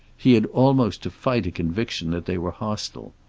he had almost to fight a conviction that they were hostile.